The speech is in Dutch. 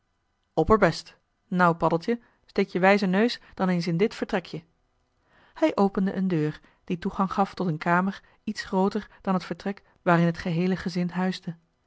opperbest nou paddeltje steek je wijzen neus dan eens in dit vertrekje hij opende een deur die toegang gaf tot een kamer iets grooter dan t vertrek waarin het geheele gezin huisde